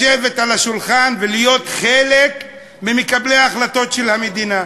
לשבת ליד השולחן ולהיות חלק ממקבלי ההחלטות של המדינה.